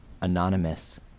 Anonymous